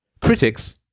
Critics